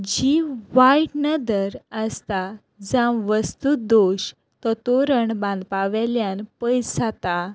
जी वायट नदर आसता जांव वस्तू दोश तो तोरण बांदपावेल्यान पयस जाता